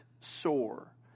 sore